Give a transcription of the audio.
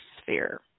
sphere